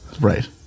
Right